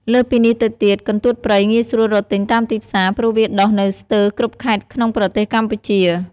លើសពីនេះទៅទៀត កន្ទួតព្រៃងាយស្រួលរកទិញតាមទីផ្សារ ព្រោះវាដុះនៅស្ទើរគ្រប់ខេត្តក្នុងប្រទេសកម្ពុជា